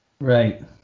Right